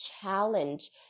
challenge